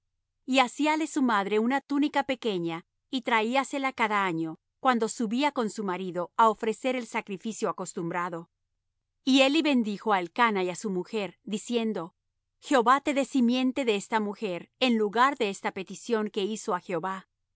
y hacíale su madre una túnica pequeña y traíasela cada año cuando subía con su marido á ofrecer el sacrificio acostumbrado y eli bendijo á elcana y á su mujer diciendo jehová te dé simiente de esta mujer en lugar de esta petición que hizo á jehová